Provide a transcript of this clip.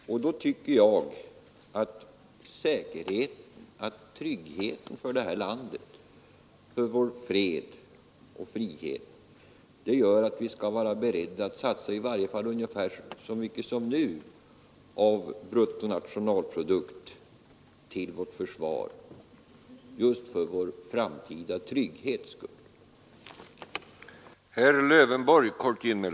Då tycker jag att säkerheten och tryggheten för detta land, för vår fred och frihet, gör att vi skall vara beredda att satsa i varje fall ungefär lika mycket som nu av bruttonationalprodukten på vårt försvar just för vår framtida trygghets skull.